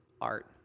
art